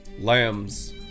lambs